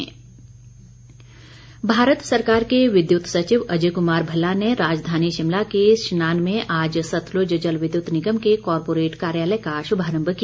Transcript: corporate कार्यालय भारत सरकार के विद्युत सचिव अजय कुमार भल्ला ने राजधानी शिमला के शनान में आज सतलुज जल विद्युत निगम के कॉरपोरेट कार्यालय का शुभारम्भ किया